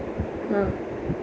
ah